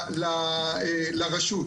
לרשות.